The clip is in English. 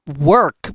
work